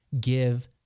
give